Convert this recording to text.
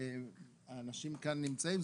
האנשים כאן נמצאים.